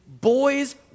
boys